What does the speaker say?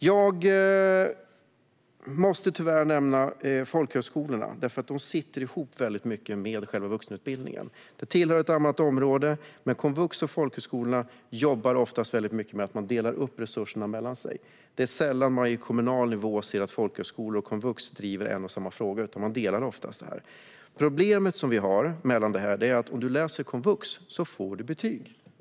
Jag måste tyvärr nämna folkhögskolorna, eftersom de väldigt mycket sitter ihop med vuxenutbildningen. Folkhögskolorna tillhör ett annat område, men komvux och folkhögskolorna jobbar ofta väldigt mycket med att dela upp resurserna mellan varandra. Det är sällan som man på kommunal nivå ser att folkhögskolor och komvux driver en och samma fråga. Det problem som finns i fråga om detta är att om man läser på komvux får man betyg.